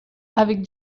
avec